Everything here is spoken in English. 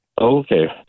Okay